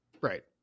Right